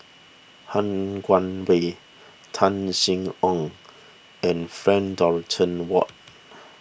Han Guangwei Tan Sin Aun and Frank Dorrington Ward